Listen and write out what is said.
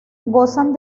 gozan